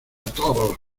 todos